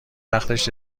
وقتش